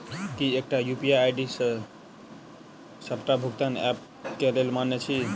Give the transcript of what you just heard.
की एकटा UPI ID D सबटा भुगतान ऐप केँ लेल मान्य अछि?